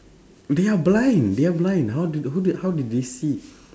they are blind they are blind how do the who did how did they see